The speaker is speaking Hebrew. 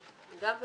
המפקד.